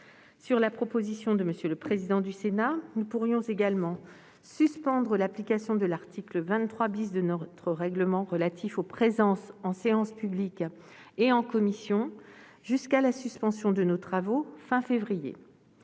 Sur la proposition de M. le président du Sénat, nous pourrions également suspendre l'application de l'article 23 de notre règlement, relatif aux présences en séance publique et en commission, jusqu'à la suspension de nos travaux, à la fin